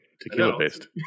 Tequila-based